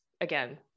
again